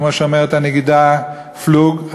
כמו שאומרת הנגידה פלוג,